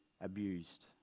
abused